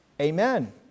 amen